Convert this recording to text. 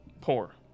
poor